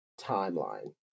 timeline